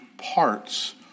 Parts